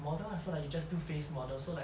model lah so like you just do face model so like